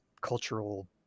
cultural